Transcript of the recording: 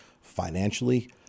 financially